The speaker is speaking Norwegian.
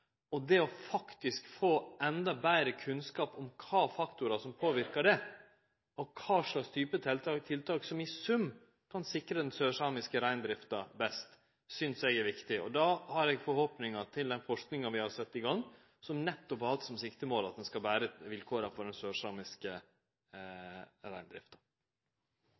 Det å faktisk få endå betre kunnskap om kva faktorar som påverkar det, og kva slag tiltak som i sum kan sikre den sørsamiske reindrifta best, synest eg er viktig. Då har eg forhåpningar til den forskinga vi har sett i gang, som nettopp har hatt som siktemål at ein skal betre vilkåra for den sørsamiske reindrifta.